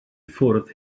ffwrdd